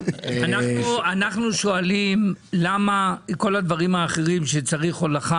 אנחנו שואלים למה לכל הדברים האחרים שצריך עבורם הולכה